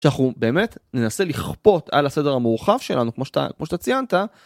שאנחנו באמת ננסה לכפות על הסדר המורחב שלנו כמו שאתה ציינת.